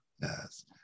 yes